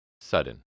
sudden